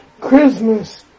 Christmas